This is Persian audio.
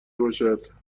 باشد